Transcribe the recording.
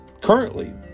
Currently